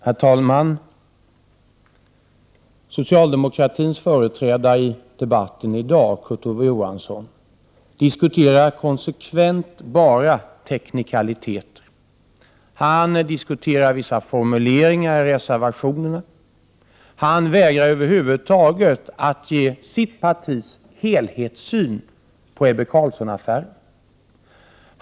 Herr talman! Socialdemokratins företrädare i debatten i dag, Kurt Ove Johansson, diskuterar konsekvent bara teknikaliteter. Han diskuterar vissa formuleringar i reservationerna. Han vägrar över huvud taget att ge sitt partis helhetssyn på Ebbe Carlsson-affären.